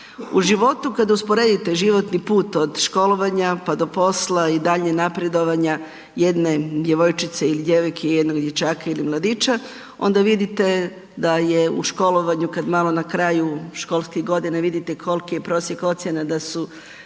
U životu kada usporedite životni put od školovanja pa do posla i dalje napredovanja jedne djevojčice ili djevojke i jednog dječaka ili mladića onda vidite da je u školovanju kada malo na kraju školske godine vidite koliki je prosjek ocjena da su